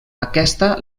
aquesta